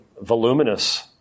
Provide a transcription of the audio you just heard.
voluminous